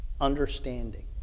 understanding